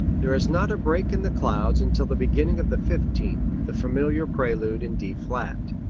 there is not a break in the clouds until the beginning of the fifteenth, the familiar prelude in d flat.